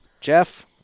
Jeff